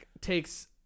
takes